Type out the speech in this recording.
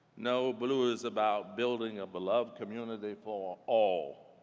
no. bluu is about building a beloved community for all.